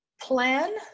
plan